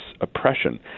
oppression